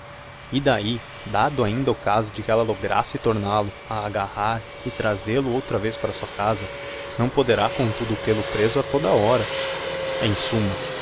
e d'ahi dado ainda o caso de que ella lograsse tornál o a agarrar e trazêl o outra vez para sua casa não poderá comtudo têl o preso a toda a hora em summa